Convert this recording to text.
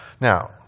Now